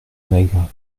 maigre